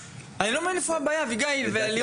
אני לא מבין היכן הבעיה, אביגיל ולירון.